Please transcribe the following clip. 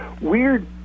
weird